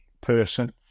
person